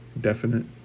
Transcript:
definite